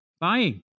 buying